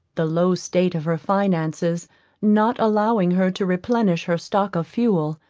the low state of her finances not allowing her to replenish her stock of fuel,